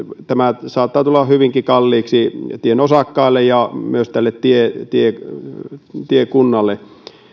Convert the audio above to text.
tämä saattaa tulla hyvinkin kalliiksi tien osakkaille ja myös tiekunnalle